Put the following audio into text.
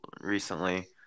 recently